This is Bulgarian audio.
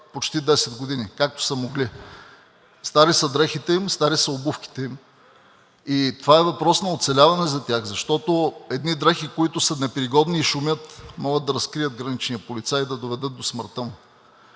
почти 10 години, както са могли. Стари са дрехите им, стари са обувките им и това е въпрос на оцеляване за тях, защото едни дрехи, които са непригодни и шумят, могат да разкрият граничния полицай, да доведат до смъртта му.